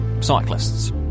cyclists